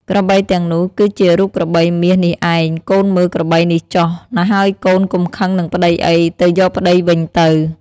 ក្របីទាំងនោះ គឺជារូបក្របីមាសនេះឯង កូនមើលក្របីនេះចុះ ណ្ហើយកូន កុំខឹងនឹងប្តីអី ទៅយកប្តីវិញទៅ។